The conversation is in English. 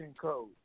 code